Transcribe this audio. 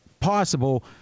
possible